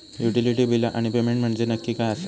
Utility बिला आणि payment म्हंजे नक्की काय आसा?